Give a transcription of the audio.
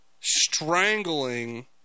strangling